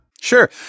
Sure